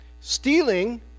Stealing